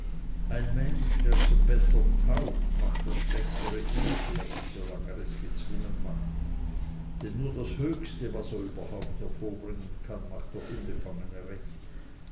ein mensch der zum bessern taugt macht das schlechtere immer schlecht solang er es gezwungen macht denn nur das höchste was er überhaupt hervorbringen kann macht der unbefangene recht